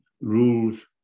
rules